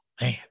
man